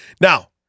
Now